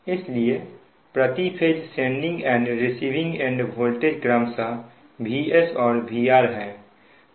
इसलिए प्रति phase sending end receiving end voltage क्रमशः VS और VR है